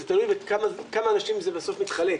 זה תלוי בכמה אנשים זה בסוף מתחלק.